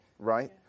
Right